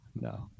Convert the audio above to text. No